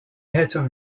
hatter